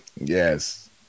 yes